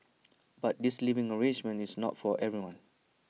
but this living arrangement is not for everyone